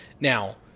now